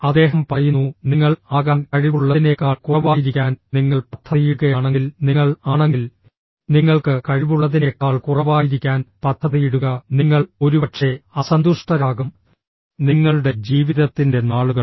അദ്ദേഹം പറയുന്നു നിങ്ങൾ ആകാൻ കഴിവുള്ളതിനേക്കാൾ കുറവായിരിക്കാൻ നിങ്ങൾ പദ്ധതിയിടുകയാണെങ്കിൽ നിങ്ങൾ ആണെങ്കിൽ നിങ്ങൾക്ക് കഴിവുള്ളതിനേക്കാൾ കുറവായിരിക്കാൻ പദ്ധതിയിടുക നിങ്ങൾ ഒരുപക്ഷേ അസന്തുഷ്ടരാകും നിങ്ങളുടെ ജീവിതത്തിന്റെ നാളുകൾ